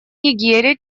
нигере